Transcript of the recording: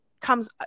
comes